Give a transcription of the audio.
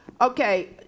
Okay